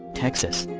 texas.